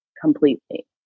completely